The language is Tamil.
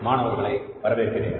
மாணவர்களை வரவேற்கிறேன்